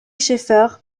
scheffer